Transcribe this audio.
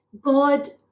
God